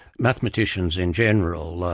mathematicians in general,